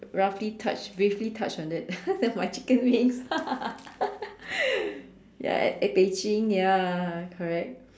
roughly touched briefly touched on it then my chicken wing ya at Beijing ya correct